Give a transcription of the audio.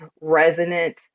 resonant